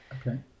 Okay